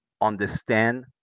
understand